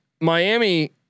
Miami